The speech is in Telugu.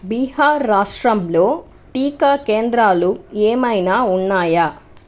బీహార్ రాష్ట్రంలో టీకా కేంద్రాలు ఏమైనా ఉన్నాయా